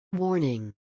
Warning